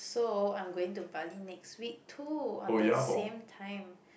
so I'm going to Bali next week too on the same time